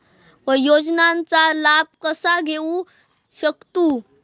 योजनांचा लाभ कसा घेऊ शकतू?